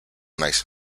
naiz